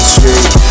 Street